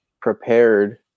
prepared